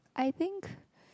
I think